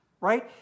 right